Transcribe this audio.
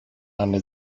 eine